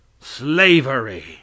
Slavery